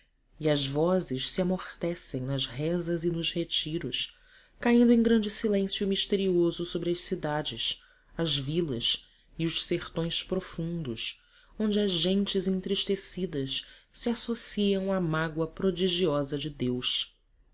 e as vozes se amortecem nas rezas e nos retiros caindo um grande silêncio misterioso sobre as cidades as vilas e os sertões profundos onde as gentes entristecidas se associam à mágoa prodigiosa de deus